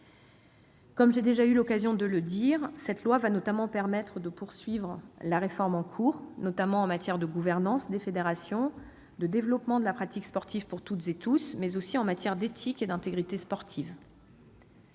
Comme j'ai déjà eu l'occasion de le dire, cette loi nous permettra notamment de poursuivre la réforme en cours, en matière en particulier de gouvernance des fédérations, de développement de la pratique du sport pour toutes et tous, mais aussi d'éthique et d'intégrité sportive.